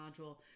module